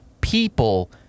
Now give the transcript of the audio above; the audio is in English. people